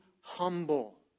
humble